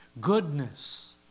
Goodness